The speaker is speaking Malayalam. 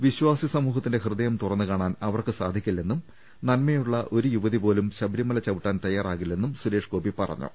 വിശ്വാസി സമൂഹത്തിന്റെ ഹൃദയം തുറന്നുകാണാൻ അവർക്ക് സാധിക്കില്ലെന്നും നന്മയുള്ള ഒരു യുവതി പോലും ശബരിമല ചവിട്ടാൻ തയ്യറാകില്ലെന്നും സുരേഷ് ഗോപി പറഞ്ഞു